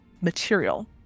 material